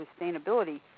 sustainability